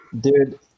dude